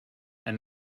and